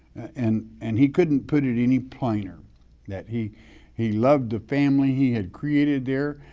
and and he couldn't put it any plainer that he he loved the family he had created there.